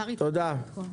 קרעי, תודה על העדכון.